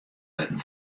wurden